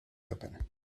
open